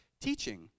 Teaching